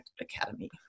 Academy